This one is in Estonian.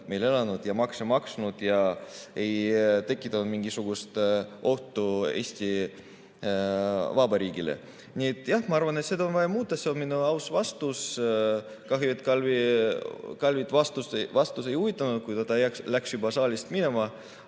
meil elanud ja makse maksnud ning ei ole tekitanud mingisugust ohtu Eesti Vabariigile. Nii et jah, ma arvan, et seda on vaja muuta, see on mu aus vastus. Kahju, et Kalvit vastus ei huvitanud, kuna ta läks juba saalist minema,